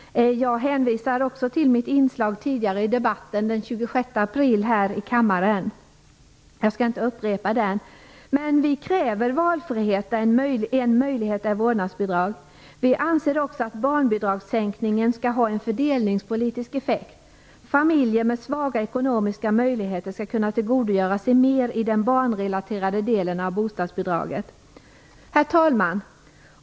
Jag hänvisar också till mitt inslag tidigare i debatten den 26 april här i kammaren. Jag skall inte upprepa den. Vi kräver valfrihet; en möjlighet är vårdnadsbidrag. Vi anser också att barnbidragssänkningen skall ha en fördelningspolitisk effekt. Familjer med svaga ekonomiska möjligheter skall kunna tillgodogöra sig mer av den barnrelaterade delen av bostadsbidraget. Herr talman!